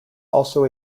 also